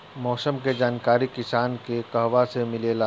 मौसम के जानकारी किसान के कहवा से मिलेला?